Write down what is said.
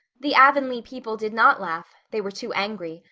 the avonlea people did not laugh they were too angry.